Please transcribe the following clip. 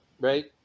Right